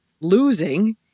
losing